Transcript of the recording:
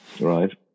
right